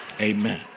Amen